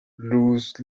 luz